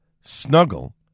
Snuggle